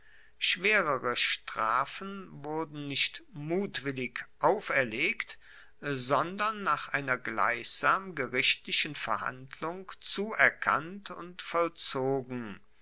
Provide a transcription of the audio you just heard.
schwerere strafen wurden nicht mutwillig auferlegt sondern nach einer gleichsam gerichtlichen verhandlung zuerkannt und vollzogen